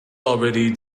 already